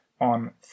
on